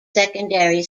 secondary